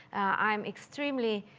i'm extremely